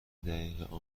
دقیق